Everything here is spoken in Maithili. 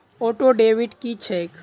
ऑटोडेबिट की छैक?